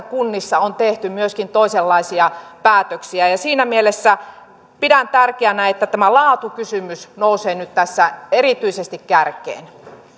kunnissa on tehty myöskin toisenlaisia päätöksiä ja ja siinä mielessä pidän tärkeänä että tämä laatukysymys nousee tässä nyt erityisesti kärkeen